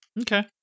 Okay